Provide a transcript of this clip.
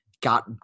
got